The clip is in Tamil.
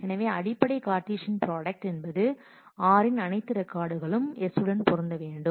எனவே அடிப்படை கார்ட்டீசியன் ப்ரோடுடக்டு என்பது r இன் அனைத்து ரெக்கார்டுகளும் s உடன் பொருந்த வேண்டும்